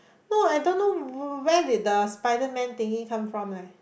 no I don't know when did the Spiderman thingy come from eh